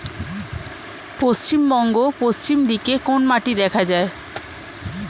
পশ্চিমবঙ্গ পশ্চিম দিকে কোন মাটি দেখা যায়?